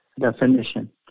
Definition